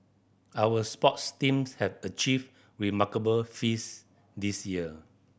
our sports teams have achieved remarkable feats this year